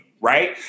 right